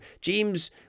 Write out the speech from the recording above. James